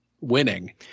winning